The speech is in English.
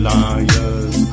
Liars